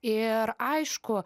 ir aišku